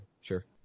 sure